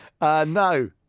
No